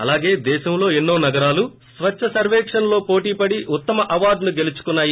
అలాగే దేశంలో ఎన్నో నగరాలు స్వచ్చ సర్వేక్షణ్ లో పోటిపడి ఉత్తమ ఎవార్డును గెలుచుకున్నాయి